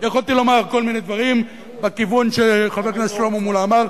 יכולתי לומר כל מיני דברים בכיוון שחבר הכנסת שלמה מולה אמר.